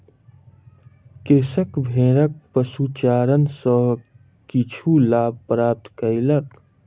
कृषक भेड़क पशुचारण सॅ किछु लाभ प्राप्त कयलक